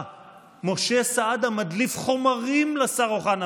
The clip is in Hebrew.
משה סעדה מדליף חומרים לשר אוחנה,